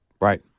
right